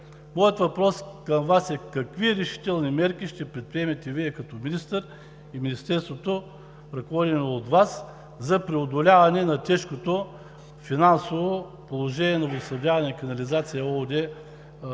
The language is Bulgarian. Моят въпрос към Вас е: какви решителни мерки ще предприемете Вие като министър и Министерството, ръководено от Вас, за преодоляване на тежкото финансово положение на „Водоснабдяване и канализация –